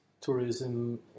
tourism